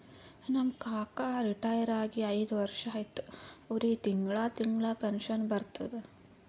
ನಮ್ ಕಾಕಾ ರಿಟೈರ್ ಆಗಿ ಐಯ್ದ ವರ್ಷ ಆಯ್ತ್ ಅವ್ರಿಗೆ ತಿಂಗಳಾ ತಿಂಗಳಾ ಪೆನ್ಷನ್ ಬರ್ತುದ್